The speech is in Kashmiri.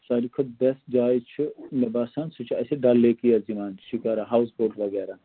ساروی کھۄتہٕ بٮ۪سٹ جاے چھِ مےٚ باسان سُہ چھِ اَسہِ ڈَل لیکٕے حظ یِوان شِکارا ہاوُس بوٹ وغیرہ